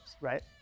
Right